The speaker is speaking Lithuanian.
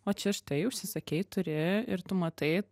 o čia štai užsisakei turi ir tu matai